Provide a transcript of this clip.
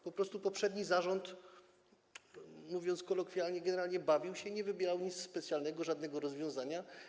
Po prostu poprzedni zarząd, mówiąc kolokwialnie, generalnie bawił się i nie wybierał nic specjalnego, żadnego rozwiązania.